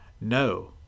No